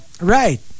right